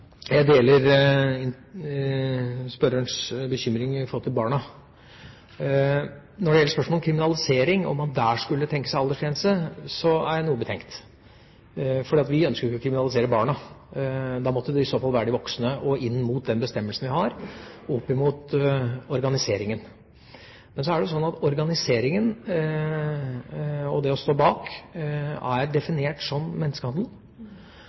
Jeg deler spørrerens bekymring for barna. Når det gjelder spørsmålet om kriminalisering, om man der skulle tenke seg en aldersgrense, er jeg noe betenkt. Vi ønsker jo ikke å kriminalisere barna. Da måtte det i så fall være de voksne, og inn mot den bestemmelsen vi har, og organiseringen. Men så er det slik at det å stå bak organiseringa er definert som menneskehandel.